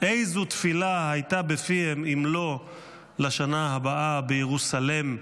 איזו תפילה הייתה בפיהם אם לא "לשנה הבאה בירוסלם",